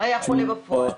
היה חולה בפועל.